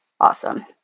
Awesome